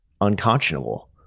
unconscionable